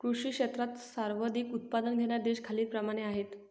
कृषी क्षेत्रात सर्वाधिक उत्पादन घेणारे देश खालीलप्रमाणे आहेत